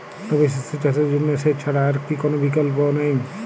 রবি শস্য চাষের জন্য সেচ ছাড়া কি আর কোন বিকল্প নেই?